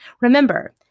Remember